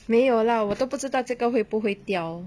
没有 lah 我都不知道这个会不会掉